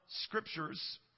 scriptures